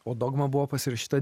o dogma buvo pasirašyta